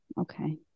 Okay